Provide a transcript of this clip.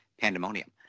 pandemonium